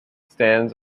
stands